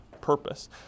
purpose